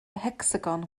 hecsagon